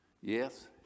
Yes